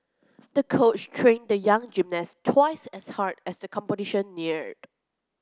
the coach trained the young gymnast twice as hard as the competition neared